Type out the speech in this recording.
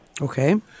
Okay